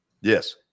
Yes